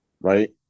right